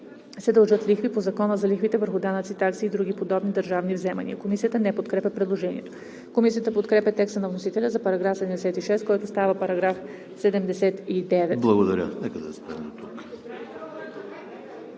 се дължат лихви по Закона за лихвите върху данъци, такси и други подобни държавни вземания.“ Комисията не подкрепя предложението. Комисията подкрепя текста на вносителя за § 76, който става § 79.